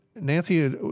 Nancy